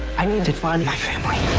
i need to find my family.